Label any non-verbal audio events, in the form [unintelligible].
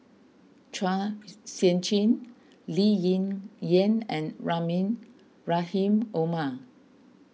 Chua Sian Chin Lee Ling Yen and [unintelligible] Rahim Omar